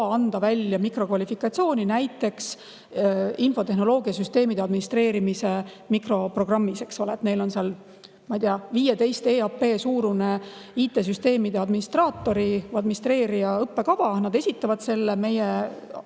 anda mikrokvalifikatsiooni, näiteks infotehnoloogiasüsteemide administreerimise mikroprogrammis, eks ole. Neil on, ma ei tea, 15 EAP suurune IT-süsteemide administraatori õppekava, nad esitavad selle [kohta